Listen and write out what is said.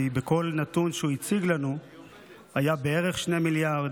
בכל נתון שהוא הציג לנו היה בערך 2 מיליארד,